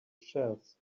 shelves